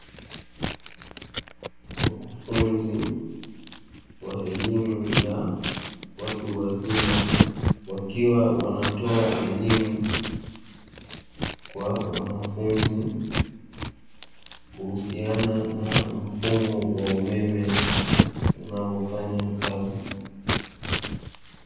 Wakufunzi wa elimu ya watu wazima wakiwa wanatoa elimu kwa wanafunzi, kuhusianana na mfumo wa umeme unavyofanya kazi.